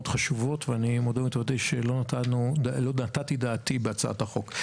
חשובות ואני מודה שלא נתתי עליהן את דעתי בהצעת החוק.